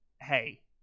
hey